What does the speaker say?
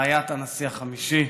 רעיית הנשיא החמישי